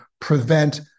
prevent